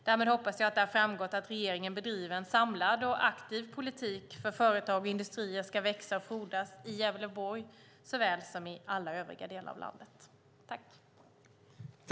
Därmed hoppas jag att det har framgått att regeringen bedriver en samlad och aktiv politik för att företag och industrier ska växa och frodas, i Gävleborg såväl som i alla övriga delar av landet.